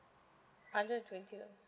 hundred and twenty of